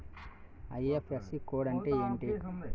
IFSC code అంటే ఏంటి?